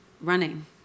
running